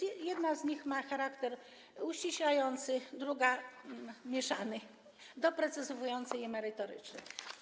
Jedna z nich ma charakter uściślający, druga - mieszany, doprecyzowujący i merytoryczny.